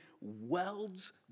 welds